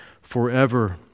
forever